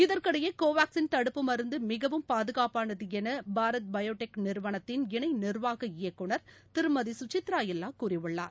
இதற்கிடையே கோவாக்சின் தடுப்பு மருந்தமிகவும் பாதகாப்பானதுஎனபாரத் பயோடெக் நிறுவனத்தின் இணைநிர்வாக இயக்குநர் திருமதிசுசீத்திராஎல்லாகூறியுள்ளார்